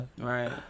right